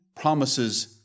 promises